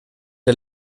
der